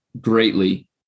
greatly